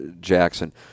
Jackson